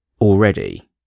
already